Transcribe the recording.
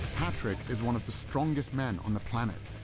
patrik is one of the strongest men on the planet,